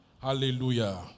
Hallelujah